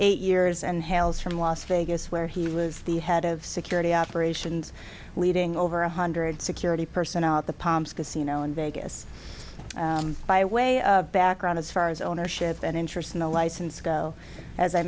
eight years and hal's from las vegas where he was the head of security operations leading over one hundred security personnel at the palms casino in vegas by way of background as far as ownership and interest in the license go as i